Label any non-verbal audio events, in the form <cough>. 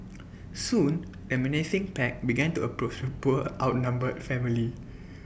soon the menacing pack began to approach <noise> the poor outnumbered family <noise>